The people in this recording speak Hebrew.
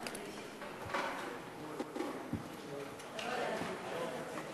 נושא תאגידי המים הוא מספיק חשוב כדי